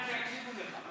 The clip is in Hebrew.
אמרתי להם שיקשיבו לך.